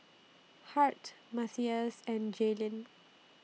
Hart Mathias and Jaelynn